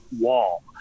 wall